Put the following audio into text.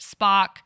Spock